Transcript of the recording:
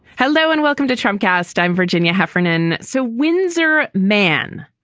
hello and welcome to tramcars time, virginia heffernan. so windsor man,